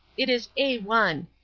it is a one.